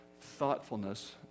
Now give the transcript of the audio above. thoughtfulness